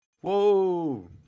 whoa